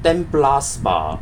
ten plus bah